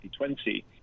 2020